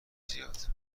زیاد